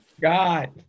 God